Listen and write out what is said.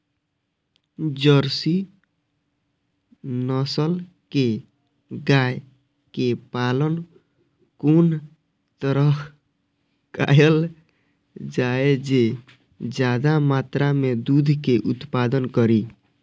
Jersey नस्ल के गाय के पालन कोन तरह कायल जाय जे ज्यादा मात्रा में दूध के उत्पादन करी?